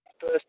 first